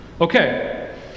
okay